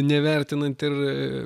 nevertinant ir